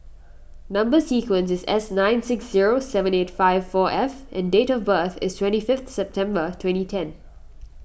Number Sequence is S nine six zero seven eight five four F and date of birth is twenty fifth September twenty ten